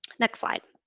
next slide.